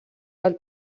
del